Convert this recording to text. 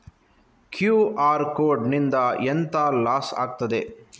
QR code ನಿಂದ ಎಂತ loss ಆಗ್ತದೆ?